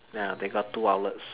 ya they got two outlets